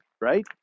right